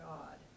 God